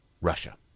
Russia